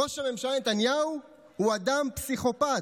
ראש הממשלה נתניהו הוא אדם פסיכופת.